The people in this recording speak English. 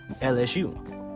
lsu